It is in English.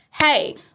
hey